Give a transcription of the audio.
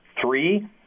three